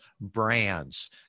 brands